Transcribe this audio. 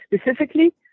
specifically